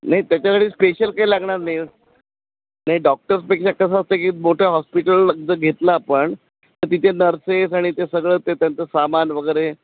नाही त्याच्यासाठी स्पेशल काय लागणार नाही नाही डॉक्टर्सपेक्षा कसं असतं की मोठ्या हॉस्पिटल जर घेतला आपण तर तिथे नर्सेस आणि ते सगळं ते त्यांचं सामान वगैरे